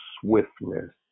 swiftness